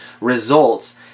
results